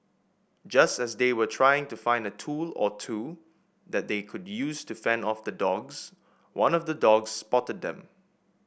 just as they were trying to find a tool or two that they could use to fend off the dogs one of the dogs spotted them